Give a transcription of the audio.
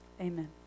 amen